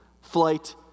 flight